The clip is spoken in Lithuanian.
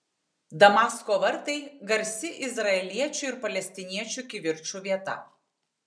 damasko vartai garsi izraeliečių ir palestiniečių kivirčų vieta